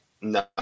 no